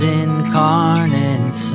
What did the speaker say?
incarnate